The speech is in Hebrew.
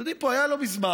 אתם יודעים, היה פה לא מזמן